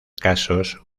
casos